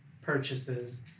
purchases